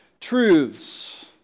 truths